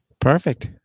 Perfect